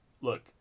Look